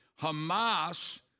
Hamas